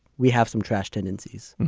we have some trash tendencies